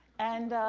and,